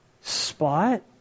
spot